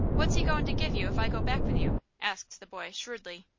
what's he goin' to give you if i go back with you? asked the boy, shrewdly.